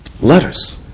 letters